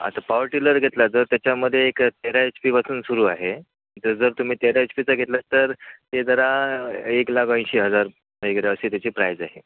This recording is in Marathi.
आता पावर टिलर घेतला तर त्याच्यामध्ये एक तेरा एच पीपासून सुरू आहे जर जर तुम्ही तेरा एच पीचा घेतलात तर ते जरा एक लाख ऐंशी हजार वगैरे अशी त्याची प्राईज आहे